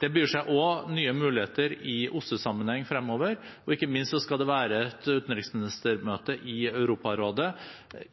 Det byr seg også nye muligheter i OSSE-sammenheng fremover, og ikke minst skal det være et utenriksministermøte i Europarådet